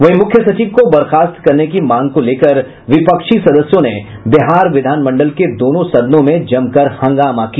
वहीं मुख्य सचिव को बर्खास्त करने की मांग को लेकर विपक्षी सदस्यों ने बिहार विधान मंडल के दोनों सदनों में जमकर हंगामा किया